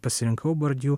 pasirinkau bordiu